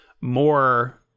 more